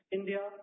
India